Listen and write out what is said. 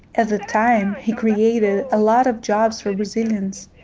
at the time, he created a lot of jobs for brazilians.